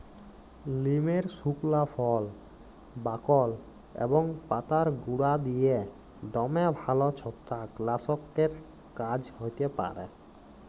লিমের সুকলা ফল, বাকল এবং পাতার গুঁড়া দিঁয়ে দমে ভাল ছত্রাক লাসকের কাজ হ্যতে পারে